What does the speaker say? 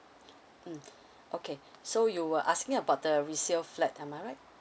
mm okay so you were asking about the resale flat am I right